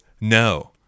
no